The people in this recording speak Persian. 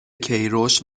کیروش